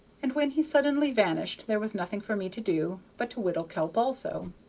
and when he suddenly vanished there was nothing for me to do but to whittle kelp also.